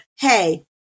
hey